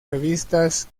revistas